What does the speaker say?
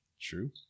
true